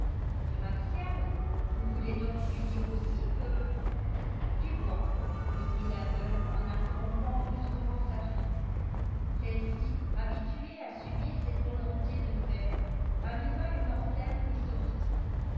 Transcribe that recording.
de martial vous voulez donc lui dire aussi que du bois reprit la veuve en interrompant brusquement sa fille celle-ci habituée à subir cette volonté de fer alluma une lanterne et sortit